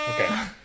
Okay